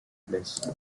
plays